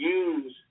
use